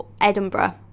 Edinburgh